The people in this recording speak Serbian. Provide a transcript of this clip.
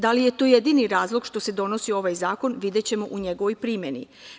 Da li je to jedini razlog što se donosi ovaj zakon, videćemo u njegovoj primeni.